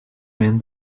when